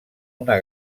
una